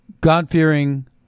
God-fearing